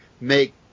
make